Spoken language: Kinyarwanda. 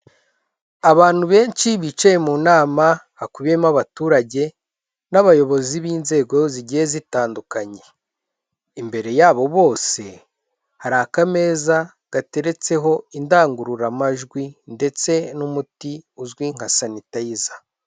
Abantu benshi bicaye mu nama hakubiyemo abaturage n'abayobozi b'inzego zigiye zitandukanye, imbere yabo bose hari akameza gateretseho indangururamajwi ndetse n'umuti uzwi nka sanitayiza.